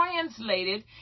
translated